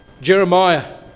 Jeremiah